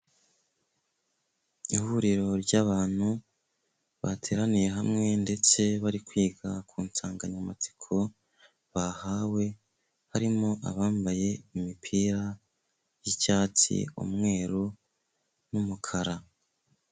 Ihuriro ry'abantu bateraniye hamwe ndetse bari kwiga ku nsanganyamatsiko bahawe, harimo abambaye imipira y'icyatsi, umweru n'umukara.